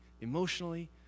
emotionally